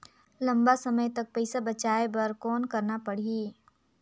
लंबा समय तक पइसा बचाये बर कौन करना पड़ही?